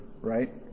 right